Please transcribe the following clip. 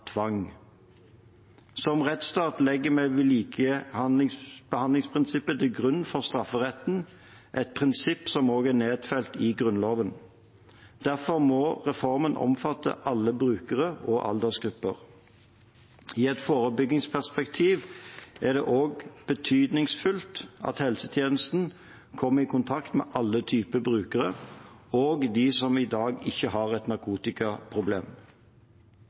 tvang. Som rettsstat legger vi likebehandlingsprinsippet til grunn for strafferetten, et prinsipp som også er nedfelt i Grunnloven. Derfor må reformen omfatte alle bruker- og aldersgrupper. I et forebyggingsperspektiv er det også betydningsfullt at helsetjenesten kommer i kontakt med alle typer brukere, også de som i dag ikke har et narkotikaproblem.